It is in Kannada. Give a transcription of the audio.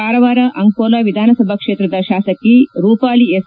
ಕಾರವಾರ ಅಂಕೋಲಾ ವಿಧಾನಸಭಾಕ್ಷೇತ್ರದ ಶಾಸಕಿ ರೂಪಾಲಿ ಎಸ್